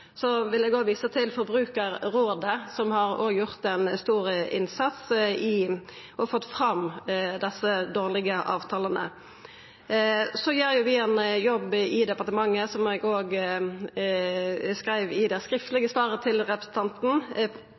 vil òg visa til Forbrukarrådet, som òg har gjort ein stor innsats med å få fram desse dårlege avtalane. Vi gjer ein jobb i departementet, som eg òg skreiv i det skriftlege svaret til representanten,